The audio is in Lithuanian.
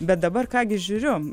bet dabar ką gi žiūriu